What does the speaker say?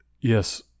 yes